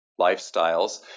lifestyles